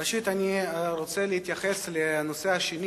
ראשית אני רוצה להתייחס לנושא השני,